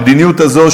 המדיניות הזאת,